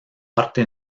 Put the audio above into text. parte